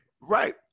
Right